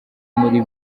muri